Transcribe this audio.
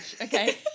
Okay